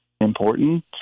important